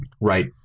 Right